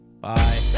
bye